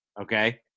okay